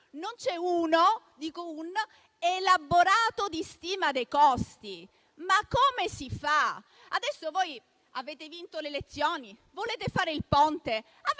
non c'è un solo elaborato di stima dei costi. Ma come si fa? Adesso voi avete vinto le elezioni e volete fare il ponte: